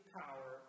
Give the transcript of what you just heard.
power